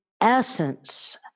essence